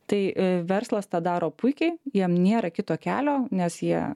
tai verslas tą daro puikiai jam nėra kito kelio nes jie